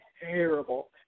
Terrible